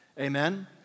Amen